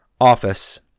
office